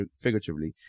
figuratively